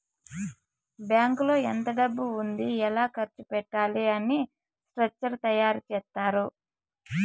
బ్యాంకులో ఎంత డబ్బు ఉంది ఎలా ఖర్చు పెట్టాలి అని స్ట్రక్చర్ తయారు చేత్తారు